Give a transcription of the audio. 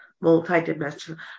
multi-dimensional